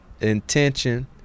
intention